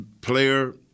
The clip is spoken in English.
player